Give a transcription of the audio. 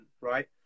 right